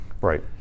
Right